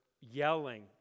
yelling